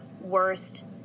worst